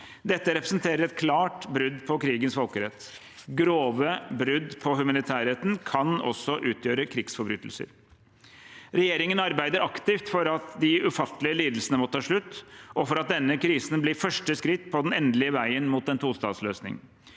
Dette representerer et klart brudd på krigens folkerett. Grove brudd på humanitærretten kan også utgjøre krigsforbrytelser. Regjeringen arbeider aktivt for at de ufattelige lidelsene må ta slutt, og for at denne krisen blir første skritt på den endelige veien mot en tostatsløsning.